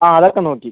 ആ അതൊക്ക നോക്കി